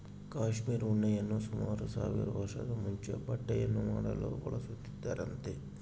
cashmere ಉಣ್ಣೆಯನ್ನು ಸುಮಾರು ಸಾವಿರ ವರ್ಷದ ಮುಂಚೆ ಬಟ್ಟೆಯನ್ನು ಮಾಡಲು ಬಳಸುತ್ತಿದ್ದರಂತೆ